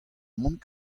mont